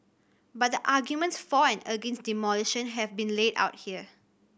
but the arguments for and against demolition have been laid out here